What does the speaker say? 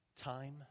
Time